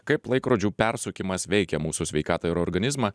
kaip laikrodžių persukimas veikia mūsų sveikatą ir organizmą